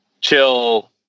chill